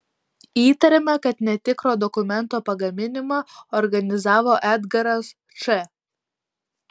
įtariama kad netikro dokumento pagaminimą organizavo edgaras č